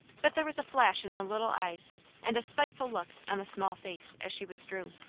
but there was a flash in the little eyes and a spiteful look on the small face as she withdrew.